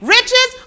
Riches